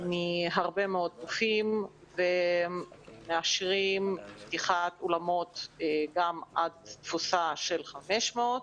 מהרבה מאוד גופים ומאשרים פתיחת אולמות גם עד תפוסה של 500 אנשים.